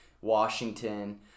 washington